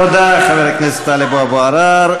תודה לחבר הכנסת טלב אבו עראר.